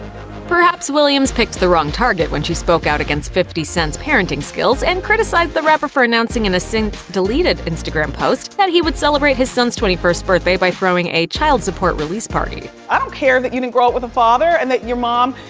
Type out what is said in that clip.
perhaps williams picked the wrong target when she spoke out against fifty cent's parenting skills, and criticized the rapper for announcing in a since-deleted instagram post that he would celebrate his son's twenty first birthday by throwing a child support release party. i don't um care that you didn't grow up with a father and that your mom,